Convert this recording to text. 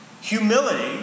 Humility